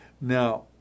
Now